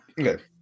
Okay